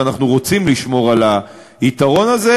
ואנחנו רוצים לשמור על היתרון הזה,